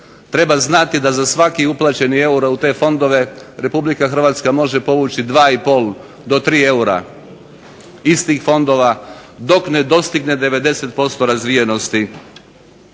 Treba znati da za svaki uplaćeni euro u te fondove Republika Hrvatska može povući 2 i pol do 3 eura iz tih fondova dok ne dostigne 90% razvijenosti